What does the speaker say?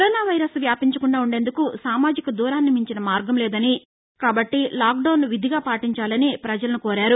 corona virus వ్యాపించకుండా ఉండేందుకు సామాజిక దూరాన్ని మించిన మార్గం లేదని కాబల్లి లాక్డౌన్సు విధిగా పాటించాలని పజలను కోరారు